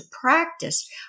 practice